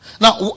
Now